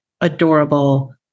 adorable